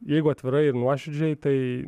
jeigu atvirai ir nuoširdžiai tai